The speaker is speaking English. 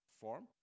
form